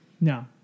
No